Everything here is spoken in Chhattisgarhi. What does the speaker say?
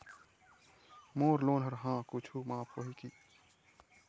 मोर लोन हा कुछू माफ होही की?